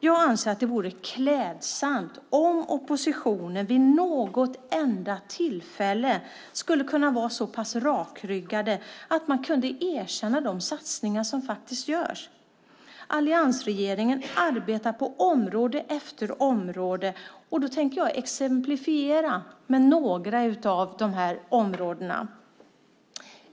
Jag anser att det vore klädsamt om oppositionen vid något enda tillfälle kunde vara så pass rakryggad att man kunde erkänna de satsningar som faktiskt görs. Alliansregeringen arbetar på område efter område. Jag tänkte exemplifiera med några områden.